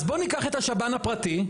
אז בוא ניקח את השב"ן הפרטי,